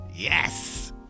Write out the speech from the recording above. Yes